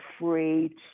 afraid